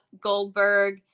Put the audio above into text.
Goldberg